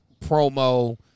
promo